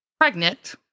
pregnant